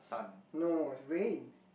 no it's rain